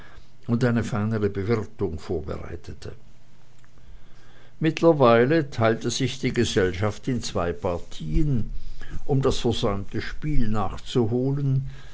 und eine feinere bewirtung vorbereitete mittlerweile teilte sich die gesellschaft in zwei partien um das versäumte spiel nachzuholen